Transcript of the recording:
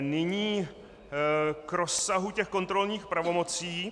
Nyní k rozsahu těch kontrolních pravomocí.